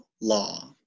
law